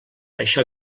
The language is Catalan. això